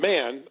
Man